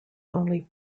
only